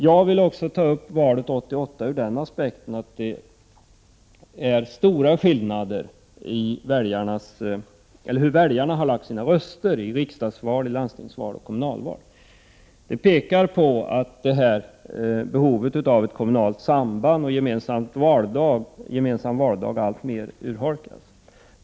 Jag vill ta upp valet 1988 ur den aspekten att det finns stora skillnader beträffande hur väljarna har lagt sina röster i riksdags-, landstingsoch kommunalvalen. Det pekar på att det kommunala sambandet och behovet av en gemensam valdag alltmer urholkas.